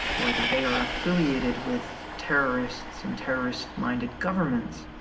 or they are affiliated with terrorists and terrorist-minded governments,